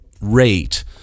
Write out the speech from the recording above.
rate